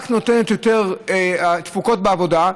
רק נותן יותר תפוקות בעבודה.